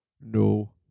no